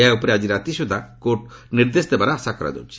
ଏହା ଉପରେ ଆଜି ରାତି ସୁଦ୍ଧା କୋର୍ଟ୍ ନିର୍ଦ୍ଦେଶ ଦେବାର ଆଶା କରାଯାଉଛି